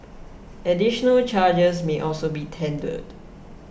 additional charges may also be tendered